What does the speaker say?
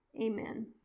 amen